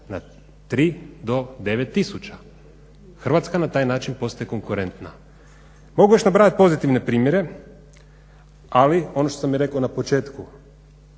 na 3 do 9 tisuća. Hrvatska na taj način postaje konkurentna. Mogu još nabrajati pozitivne primjere ali ono što sam i rekao na početku,